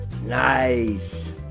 Nice